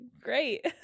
Great